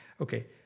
Okay